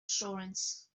assurance